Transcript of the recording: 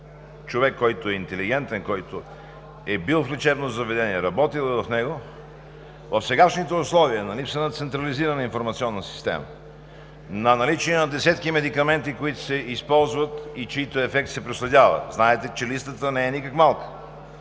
човек, който е интелигентен, който е бил в лечебно заведение, работил е в него, в сегашните условия на липса на централизирана информационна система, на наличие на десетки медикаменти, които се използват и чийто ефект се проследява – знаете, че листата не е никак малка,